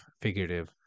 figurative